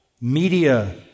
media